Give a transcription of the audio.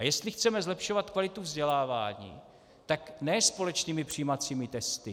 A jestli chceme zlepšovat kvalitu vzdělávání, tak ne společnými přijímacími testy.